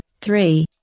three